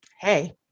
hey